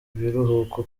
biruhuko